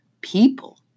people